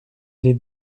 des